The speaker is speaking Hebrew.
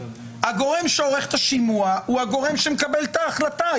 הגורם שעורך את השימוע הוא הגורם שמקבל את ההחלטה.